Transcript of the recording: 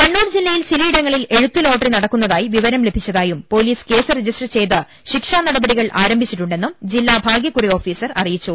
കണ്ണൂർ ജില്ലയിൽ ചിലയിടങ്ങളിൽ എഴുത്ത് ലോട്ടറി നടക്കുന്നതായി വിവരം ലഭിച്ചതായും പോലീസ് കേസ് രജിസ്റ്റർ ചെയ്ത് ശിക്ഷാനടപടികൾ ആരംഭിച്ചിട്ടുണ്ടെന്നും ജില്ലാ ഭാഗ്യക്കുറി ഓഫീസർ അറിയിച്ചു